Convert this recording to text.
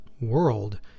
world